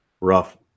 rough